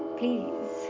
please